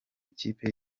ikipe